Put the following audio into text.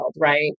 right